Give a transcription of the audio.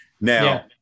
now